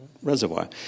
Reservoir